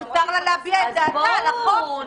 מותר לה להביע את דעתה על החוק.